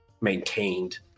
maintained